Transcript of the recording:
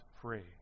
free